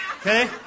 okay